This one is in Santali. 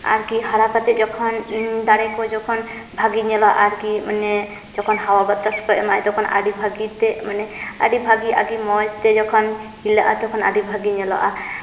ᱟᱨᱠᱤ ᱦᱟᱨᱟ ᱠᱟᱛᱮ ᱡᱚᱠᱷᱚᱱ ᱫᱟᱨᱮ ᱠᱚ ᱡᱚᱠᱷᱚᱱ ᱵᱷᱟᱜᱮ ᱧᱮᱞᱚᱜᱼᱟ ᱟᱨᱠᱤ ᱢᱟᱱᱮ ᱡᱚᱠᱷᱚᱱ ᱦᱟᱣᱟ ᱵᱟᱛᱟᱥ ᱠᱚᱭ ᱮᱢᱟ ᱛᱚᱠᱷᱚᱱ ᱟᱹᱰᱤ ᱵᱷᱟᱜᱮ ᱛᱮ ᱢᱟᱱᱮ ᱟᱹᱰᱤ ᱵᱷᱟᱜᱮ ᱟᱹᱰᱤ ᱢᱚᱡᱽᱛᱮ ᱡᱚᱠᱷᱚᱱ ᱦᱤᱞᱟᱹᱜᱼᱟ ᱛᱚᱠᱷᱚᱱ ᱟᱹᱰᱤ ᱵᱷᱟᱜᱮ ᱧᱮᱞᱚᱜᱼᱟ